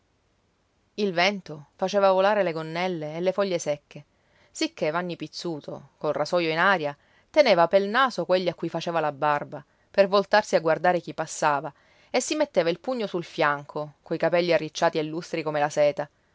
il vento faceva volare le gonnelle e le foglie secche sicché vanni pizzuto col rasoio in aria teneva pel naso quelli a cui faceva la barba per voltarsi a guardare chi passava e si metteva il pugno sul fianco coi capelli arricciati e lustri come la seta